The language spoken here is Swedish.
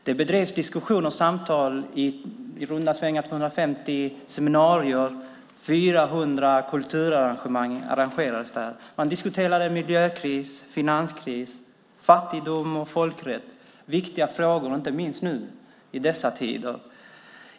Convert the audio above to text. Det bedrevs diskussioner och samtal på i runda slängar 250 seminarier, och 400 kulturevenemang arrangerades. Man diskuterade miljökris, finanskris, fattigdom och folkrätt. Det är viktiga frågor, inte minst i dessa tider.